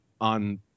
on